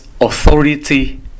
authority